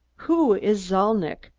who is zalnitch?